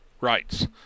rights